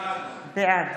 בעד